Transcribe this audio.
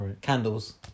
candles